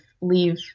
leave